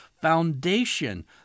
foundation